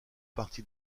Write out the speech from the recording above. parti